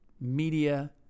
Media